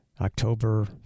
October